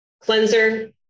Cleanser